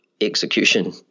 execution